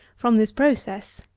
from this process.